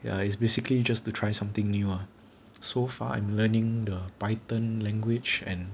ya it's basically just to try something new ah so far I'm learning the python language and